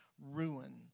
ruin